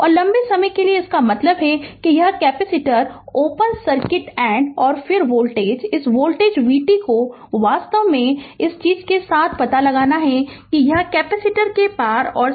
और लंबे समय के लिए इसका मतलब है कि यह कैपेसिटर ओपन सर्किट एड है और फिर वोल्टेज इस वोल्टेज vt को वास्तव में इस चीज के साथ पता लगाना है कि यह कैपेसिटर के पार वोल्टेज B है